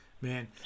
Man